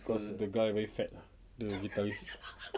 cause the guy very fat lah the guitarist